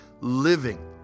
living